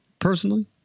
personally